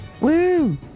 woo